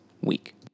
week